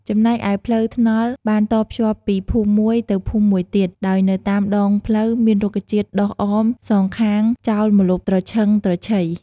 ចំណែកឯផ្លូវថ្នល់បានតភ្ជាប់ពីភូមិមួយទៅភូមិមួយទៀត ដោយនៅតាមដងផ្លូវមានរុក្ខជាតិដុះអម សងខាងចោលម្លប់ត្រឈឹងត្រឈៃ។